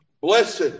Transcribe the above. Blessed